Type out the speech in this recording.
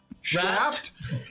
shaft